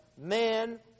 man